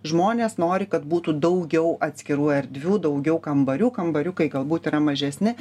žmonės nori kad būtų daugiau atskirų erdvių daugiau kambarių kambariukai galbūt yra mažesni